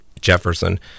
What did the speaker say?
jefferson